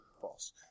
False